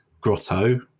grotto